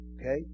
okay